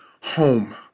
home